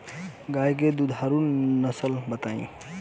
गाय के दुधारू नसल बताई?